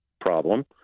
problem